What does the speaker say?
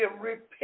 repent